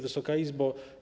Wysoka Izbo!